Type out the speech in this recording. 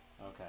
okay